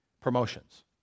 promotions